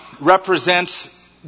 represents